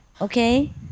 Okay